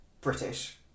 British